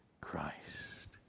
Christ